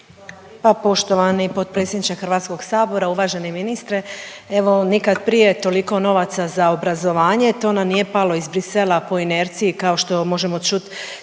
Pa poštovani potpredsjedniče HS-a, uvaženi ministre. Evo nikad prije toliko novaca za obrazovanje, to nam nije palo iz Bruxellesa po inerciji kao što možemo čut